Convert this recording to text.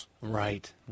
Right